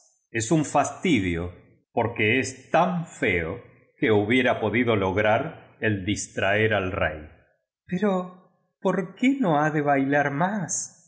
es un fastidio porque es tan feo que hubiera podi do lograr el distraer al rey pero por qué no ha de bailar más